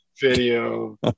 video